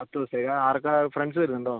പത്ത് ദിവസത്തേക്കാണോ ആർക്കാണ് ഫ്രണ്ട്സ് വരുന്നുണ്ടോ